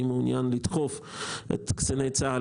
אני מעוניין לדחוף את קציני צה"ל,